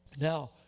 Now